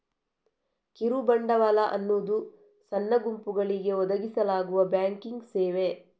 ಕಿರು ಬಂಡವಾಳ ಅನ್ನುದು ಸಣ್ಣ ಗುಂಪುಗಳಿಗೆ ಒದಗಿಸಲಾಗುವ ಬ್ಯಾಂಕಿಂಗ್ ಸೇವೆ